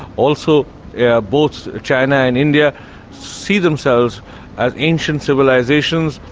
also both china and india see themselves as ancient civilisations,